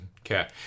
Okay